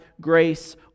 grace